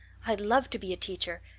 i'd love to be a teacher.